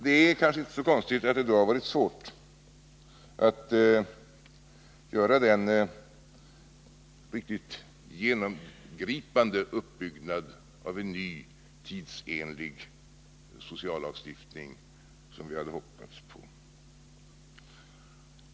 Det är kanske inte så konstigt att det då har varit svårt att göra den riktigt genomgripande uppbyggnad av en ny, tidsenlig sociallagstiftning som vi hoppats på.